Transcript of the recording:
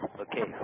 Okay